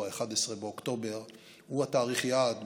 הוא 11 באוקטובר והוא תאריך היעד,